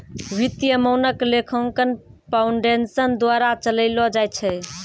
वित्तीय मानक लेखांकन फाउंडेशन द्वारा चलैलो जाय छै